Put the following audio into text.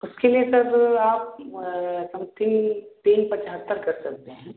उसके लिए सर आप समथिंग तीन पचहत्तर कर सकते हैं